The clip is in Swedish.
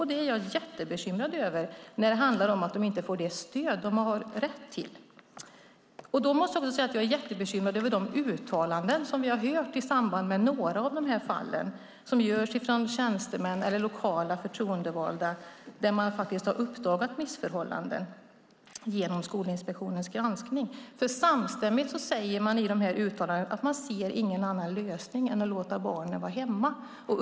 Det är jag jättebekymrad över. Jag är bekymrad över att de inte får det stöd de har rätt till. Jag är också jättebekymrad över de uttalanden som vi hört i samband med några av dessa fall, uttalanden från tjänstemän och lokala förtroendevalda, där missförhållanden uppdagats genom Skolinspektionens granskning. Samtidigt säger man i uttalandena att man inte ser någon annan lösning än att låta barnen vara hemma.